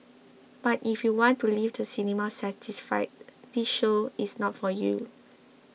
but if you want to leave the cinema satisfied this show is not for you